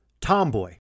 tomboy